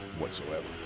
whatsoever